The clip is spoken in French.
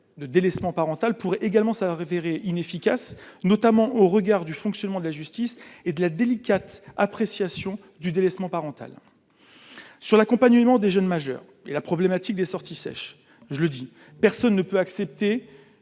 de délaissement parental pourraient également ça inefficace, notamment au regard du fonctionnement de la justice et de la délicate appréciation du délaissement parental sur l'accompagnement des jeunes majeurs et la problématique des sorties sèches, je le dis, personne ne peut accepter